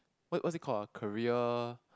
what what's it call ah career